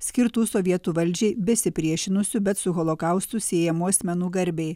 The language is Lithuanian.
skirtų sovietų valdžiai besipriešinusių bet su holokaustu siejamų asmenų garbei